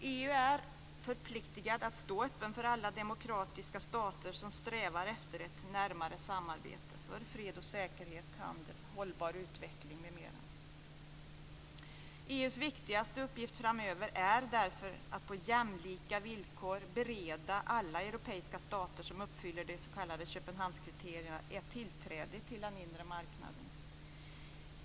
EU är förpliktat att stå öppet för alla demokratiska stater som strävar efter ett närmare samarbete för fred och säkerhet, handel, hållbar utveckling m.m. EU:s viktigaste uppgift framöver är därför att på jämlika villkor bereda alla europeiska stater som uppfyller de s.k. Köpenhamnskriterierna ett tillträde till den inre marknaden.